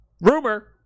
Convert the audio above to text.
rumor